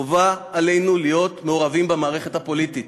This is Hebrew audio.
חובה עלינו להיות מעורבים במערכת הפוליטית.